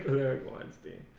eric weinstein